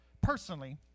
personally